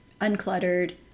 uncluttered